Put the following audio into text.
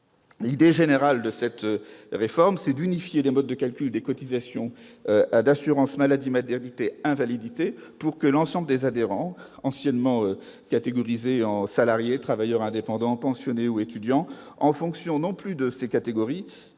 L'idée générale de cette réforme est d'unifier les modes de calcul des cotisations d'assurance maladie-maternité et invalidité pour que l'ensemble des adhérents, anciennement catégorisés en salariés, travailleurs indépendants, pensionnés ou étudiants, cotisent en fonction non plus de ces catégories